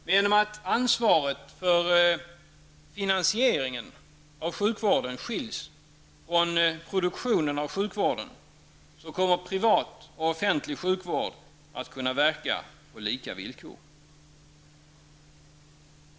Men genom att ansvaret för finansieringen av sjukvården skiljs från produktionen av sjukvården, kommer privat och offentlig sjukvård att verka på lika villkor.